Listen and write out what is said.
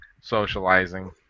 socializing